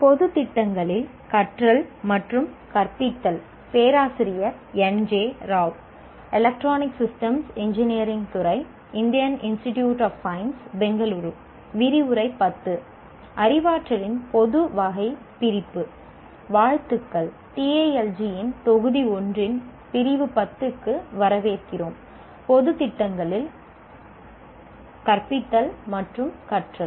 வாழ்த்துக்கள் TALG இன் தொகுதி 1 இன் பிரிவு 10 க்கு வரவேற்கிறோம் பொது திட்டங்களில் கற்பித்தல் மற்றும் கற்றல்